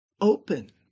open